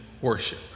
worship